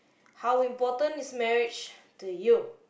how important is marriage to you